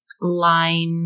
line